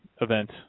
event